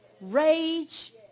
rage